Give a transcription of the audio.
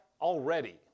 Already